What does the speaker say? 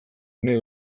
nahi